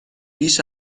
بیش